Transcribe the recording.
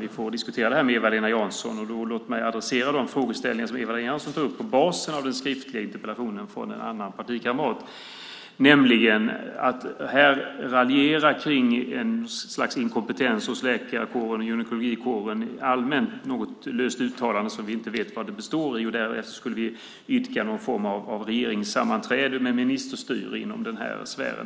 Vi får diskutera det här med Eva-Lena Jansson. Låt mig då adressera de frågeställningar som Eva-Lena Jansson tar upp på basen av den skriftliga interpellationen från en partikamrat, nämligen att här raljera kring ett slags inkompetens hos läkare inom gynekologkåren allmänt, något löst uttalande som vi inte vet vad det består av. Utifrån det skulle vi då idka någon form av regeringssammanträde med ministerstyre inom den här sfären.